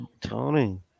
Tony